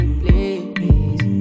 please